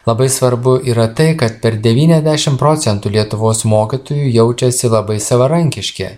labai svarbu yra tai kad per devyniasdešim procentų lietuvos mokytojų jaučiasi labai savarankiški